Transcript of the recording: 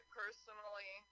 personally